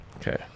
Okay